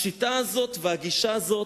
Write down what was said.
השיטה הזאת והגישה הזאת,